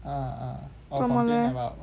做么 leh